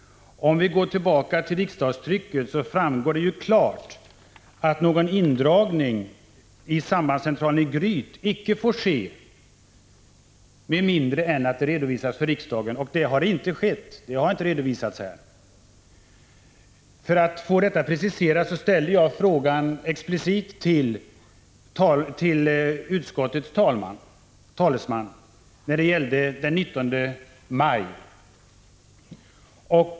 | Av riksdagstrycket framgår det klart att någon indragning vid sambandscentralen i Gryt icke får ske med mindre än att det redovisas för riksdagen. | Detta har inte skett. Med anledning av den neddragning som planerades ske den 19 maj ställde jag i den aktuella riksdagsdebatten explicit en fråga om detta till utskottets talesman.